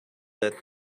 that